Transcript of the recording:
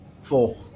four